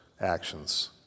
actions